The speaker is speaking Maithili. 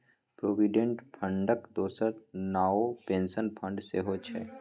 प्रोविडेंट फंडक दोसर नाओ पेंशन फंड सेहौ छै